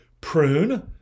prune